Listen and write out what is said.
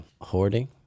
hoarding